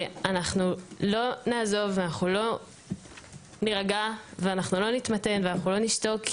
אנחנו לא נעזור ואנחנו לא נירגע ואנחנו לא נתמתן ואנחנו לא נשתוק,